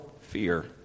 fear